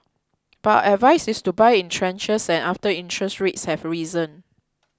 but our advice is to buy in tranches and after interest rates have risen